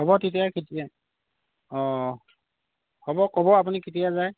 হ'ব তেতিয়া কেতিয়া অঁ হ'ব ক'ব আপুনি কেতিয়া যায়